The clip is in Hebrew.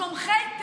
תומכי טרור,